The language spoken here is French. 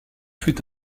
fut